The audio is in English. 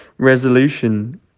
resolution